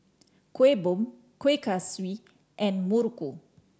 Kueh Bom Kueh Kaswi and muruku